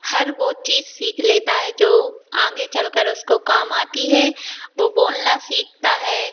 हर वह चीज़ सीख लेता है जो आगे चलकर उसको काम आती है वह बोलना सीखता है